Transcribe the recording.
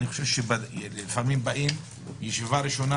לפעמים באים ישיבה ראשונה,